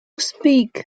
speak